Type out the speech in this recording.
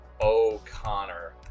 O'Connor